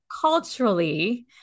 culturally